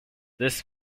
this